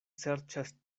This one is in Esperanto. serĉas